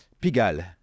Pigalle